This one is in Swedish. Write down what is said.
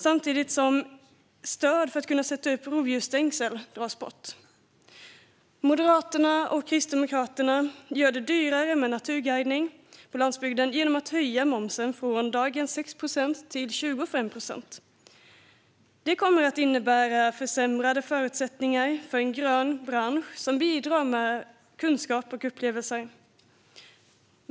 Samtidigt tas stödet för att kunna sätta upp rovdjursstängsel bort. Moderaterna och Kristdemokraterna gör det dyrare med naturguidning på landsbygden genom att höja momsen från dagens 6 procent till 25 procent. Detta kommer att innebära försämrade förutsättningar för en grön bransch som bidrar med kunskap och upplevelser.